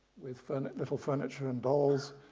with little furniture and dolls,